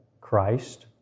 Christ